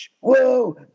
Whoa